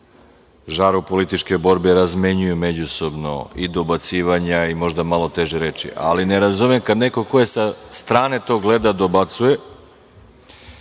žaru političke borbe razmenjuju međusobno i dobacivanja, i malo teže reči, ali ne razumem kada neko ko sa strane gleda dobacuje.